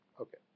Okay